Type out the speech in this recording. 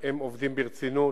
הם עובדים ברצינות.